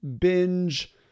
binge